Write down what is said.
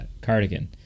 cardigan